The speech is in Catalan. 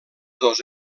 dos